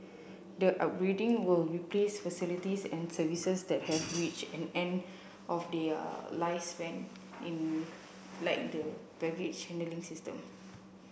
the upgrading will replace facilities and services that have reached an end of their lifespan in like the baggage handling system